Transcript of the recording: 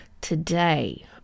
today